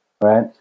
Right